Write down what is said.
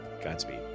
Godspeed